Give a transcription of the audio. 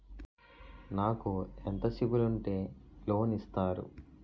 నాకు ఎంత సిబిఐఎల్ ఉంటే లోన్ ఇస్తారు?